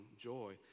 joy